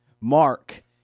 Mark